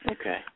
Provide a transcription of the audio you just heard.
okay